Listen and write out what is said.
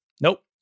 Nope